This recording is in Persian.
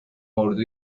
اردو